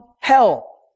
hell